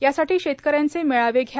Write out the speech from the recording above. यासाठी शेतक यांचे मेळावे घ्या